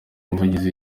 umuvugizi